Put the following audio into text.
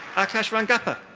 akash rangappa.